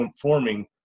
forming